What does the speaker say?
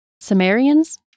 Sumerians